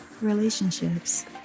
Relationships